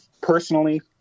personally